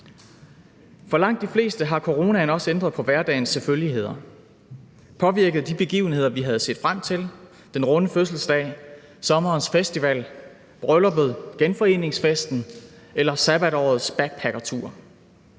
For langt de fleste har coronaen også ændret på hverdagens selvfølgeligheder, påvirket de begivenheder, vi havde set frem til, den runde fødselsdag, sommerens festival, brylluppet, genforeningsfesten eller sabbatårets backpackertur.